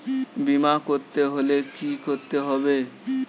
বিমা করতে হলে কি করতে হবে?